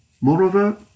Moreover